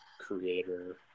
creator